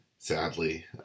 Sadly